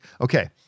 Okay